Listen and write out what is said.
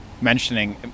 mentioning